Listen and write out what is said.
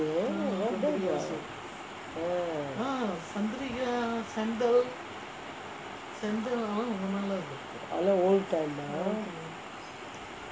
ah அதுலாம்:athulaam old time lah